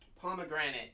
Pomegranate